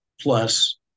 plus